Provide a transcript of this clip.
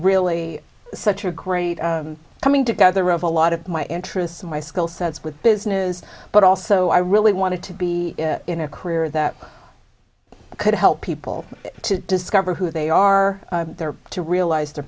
really such a great coming together of a lot of my interests and my skill sets with business but also i really wanted to be in a career that could help people to discover who they are to realize their